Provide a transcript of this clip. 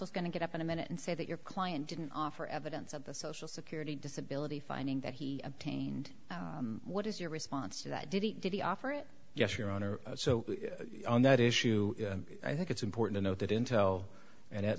is going to get up in a minute and say that your client didn't offer evidence of the social security disability finding that he obtained what is your response to that did he did he offer a yes your honor so on that issue i think it's important to note that intel and